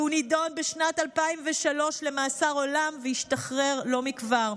והוא נידון בשנת 2003 למאסר עולם והשתחרר לא מכבר.